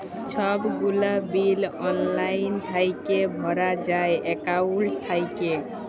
ছব গুলা বিল অললাইল থ্যাইকে ভরা যায় একাউল্ট থ্যাইকে